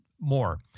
more